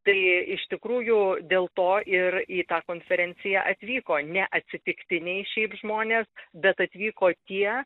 tai iš tikrųjų dėl to ir į tą konferenciją atvyko ne atsitiktiniai šiaip žmonės bet atvyko tie